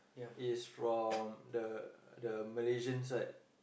is from the the Malaysian side